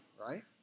right